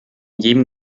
jedem